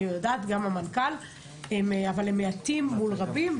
אבל הם מעטים מול רבים.